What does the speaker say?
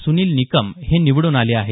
सुनील निकम हे निवडून आले आहेत